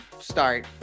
start